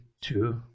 two